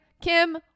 Kim